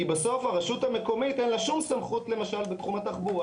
כי בסוף הרשות המקומית אין לה שום סמכות למשל בתחום התחבורה.